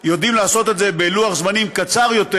יודעים לעשות את זה בלוח זמנים קצר יותר,